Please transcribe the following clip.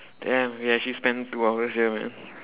damn we actually spent two hours here man